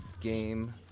game